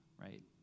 right